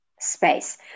space